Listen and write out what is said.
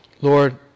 Lord